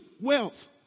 wealth